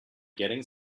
getting